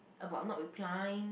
about not replying